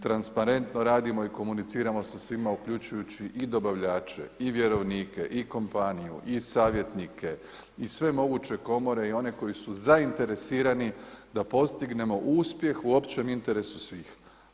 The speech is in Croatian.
Transparentno radimo i komuniciramo sa svima uključujući i dobavljače i vjerovnike i kompaniju i savjetnike i sve moguće komore i one koji su zainteresirani da postignemo uspjeh u općem interesu svih.